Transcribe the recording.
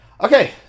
Okay